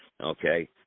Okay